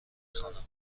خوانم